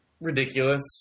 ridiculous